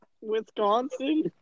Wisconsin